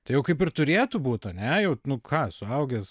tai jau kaip ir turėtų būt ane jau nu ką suaugęs